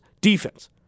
defense